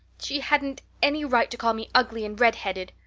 she hadn't any right to call me ugly and redheaded,